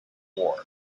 war